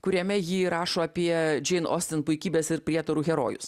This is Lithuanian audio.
kuriame ji rašo apie džein ostin puikybės ir prietarų herojus